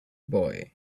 boy